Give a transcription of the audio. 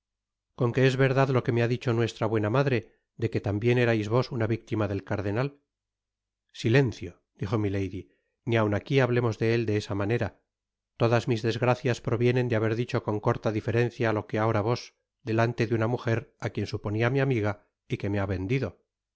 con qué es verdad lo que me ha dicho nuestra buena madre de que tambien erais vos una victima del cardenal silencio dijo milady ni aun aqui hablemos de él de esa manera todas mis desgracias provienen de haber dicho con corta diferencia lo que ahora vos delante de una mujer á quien suponia mi amiga y que me ha vendido